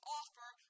offer